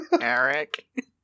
Eric